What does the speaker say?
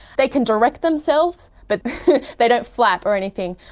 they can direct themselves, but they don't flap or anything.